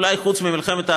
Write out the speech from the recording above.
אולי חוץ ממלחמת העצמאות,